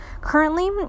Currently